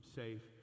safe